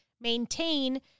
maintain